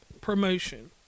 promotion